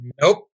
Nope